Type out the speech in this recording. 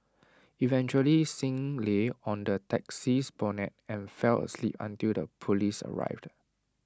eventually Singh lay on the taxi's bonnet and fell asleep until the Police arrived